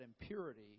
impurity